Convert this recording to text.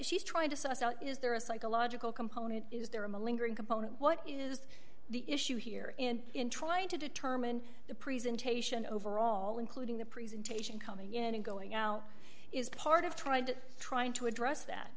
she's trying to suss out is there a psychological component is there a lingering component what is the issue here and in trying to determine the presentation overall including the presentation coming in and going out is part of trying to trying to address that